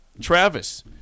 Travis